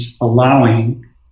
allowing